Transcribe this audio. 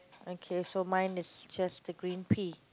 okay so mine is just the green pea